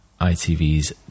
ITV's